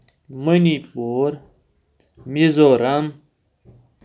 money پوٗر میٖزورم